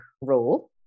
role